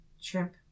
shrimp